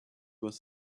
must